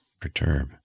perturb